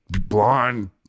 blonde